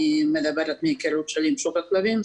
אני מדברת מהיכרות שלי עם שוק הכלבים.